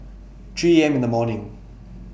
three A M This morning